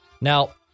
now